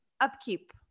upkeep